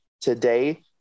today